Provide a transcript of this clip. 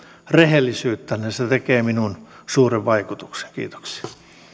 rehellisyyttänne se tekee minuun suuren vaikutuksen kiitoksia